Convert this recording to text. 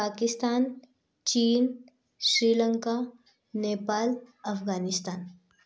Pakistan China Sri Lanka Nepal Afghanistan